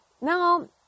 Now